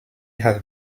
have